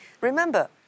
remember